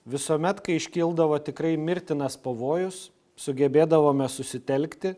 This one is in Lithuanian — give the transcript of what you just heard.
visuomet kai iškildavo tikrai mirtinas pavojus sugebėdavome susitelkti